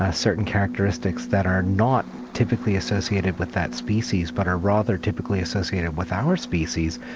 ah certain characteristics that are not typically associated with that species but are rather typically associated with our species,